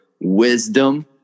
wisdom